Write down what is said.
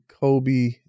Kobe